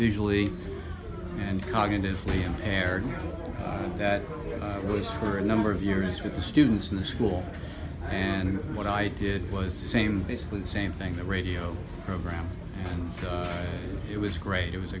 visually and cognitively impaired that was for a number of years with the students in the school and what i did was the same basically the same thing the radio program and it was great it was